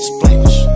Splash